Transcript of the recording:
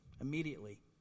immediately